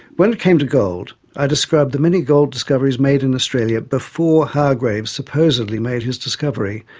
when it came to gold, i described the many gold discoveries made in australia before hargraves supposedly made his discovery,